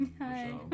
Hi